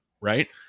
right